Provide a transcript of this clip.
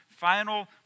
final